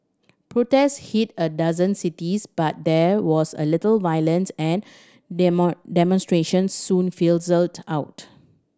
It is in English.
protests hit a dozen cities but there was a little violence and the demonstrations soon fizzled out